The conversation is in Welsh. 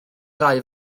ddau